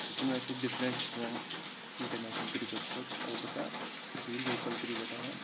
سُہ چھِنہٕ ویسے ڈِفرنٹہِ کیٚنٛہہ اِنٹَرنیشنَل کِرکٹ کھۅتہٕ اَلبَتا سٔہ چھُ لوکَل کِرکٹ آسان